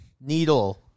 Needle